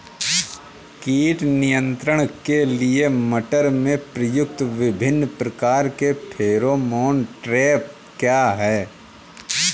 कीट नियंत्रण के लिए मटर में प्रयुक्त विभिन्न प्रकार के फेरोमोन ट्रैप क्या है?